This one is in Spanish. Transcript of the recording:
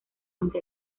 aunque